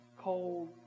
cold